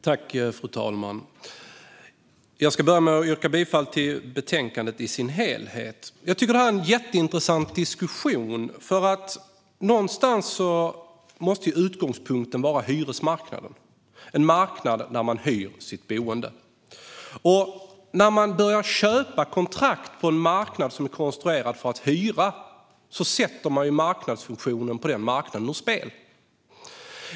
Fru talman! Jag ska börja med att yrka bifall till förslaget i dess helhet. Jag tycker att detta är en jätteintressant diskussion. Någonstans måste utgångspunkten vara hyresmarknaden, det vill säga en marknad där människor hyr sitt boende. När man börjar köpa kontrakt på en marknad som är konstruerad för hyreskontrakt sätter man ju marknadsfunktionen ur spel.